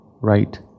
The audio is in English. right